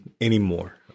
anymore